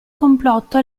complotto